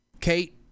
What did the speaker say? Kate